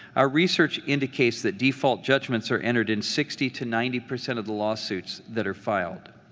our research indicates that default judgments are entered in sixty to ninety percent of the lawsuits that are filed.